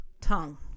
tongue